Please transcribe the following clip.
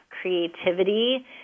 creativity